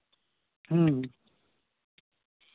ᱦᱮᱸ